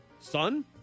son